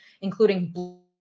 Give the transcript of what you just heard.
including